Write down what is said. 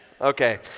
okay